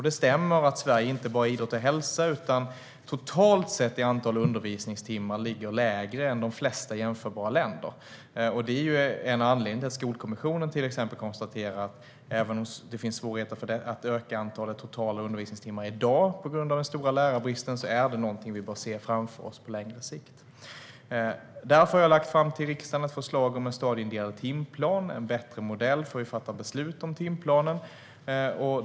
Det stämmer att Sverige inte bara i idrott och hälsa utan även totalt sett ligger lägre än de flesta jämförbara länder i antal undervisningstimmar. Det är en anledning till att Skolkommissionen till exempel har konstaterat att även om det i dag finns svårigheter att öka det totala antalet undervisningstimmar, på grund av den stora lärarbristen, är det någonting vi bör se framför oss på längre sikt. Därför har jag lagt fram ett förslag till riksdagen om en stadieindelad timplan och en bättre modell för att fatta beslut om timplanen.